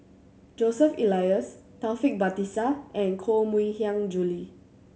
Joseph Elias Taufik Batisah and Koh Mui Hiang Julie